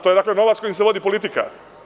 To je novac kojim se vodi politika.